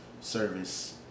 service